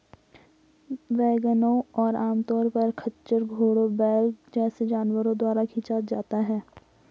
वैगनों को आमतौर पर खच्चर, घोड़े, बैल जैसे जानवरों द्वारा खींचा जाता है